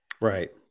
Right